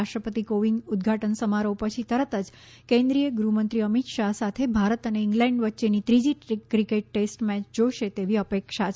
રાષ્ટ્રપતિ કોવિંદ ઉદઘાટન સમારોહ પછી તરત જ કેન્દ્રીય ગૃહમંત્રી અમિત શાહ સાથે ભારત અને ઇંગ્લેન્ડ વચ્ચે ત્રીજી ક્રિકેટ ટેસ્ટ મેચ જોશે તેવી અપેક્ષા છે